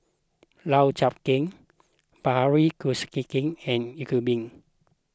Lau Chiap Khai Bilahari Kausikan and Iqbal